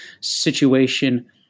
situation